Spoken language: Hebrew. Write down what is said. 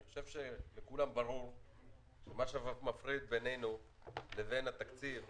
אני חושב שלכולם ברור שמה שמפריד בינינו לבין התקציב,